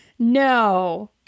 no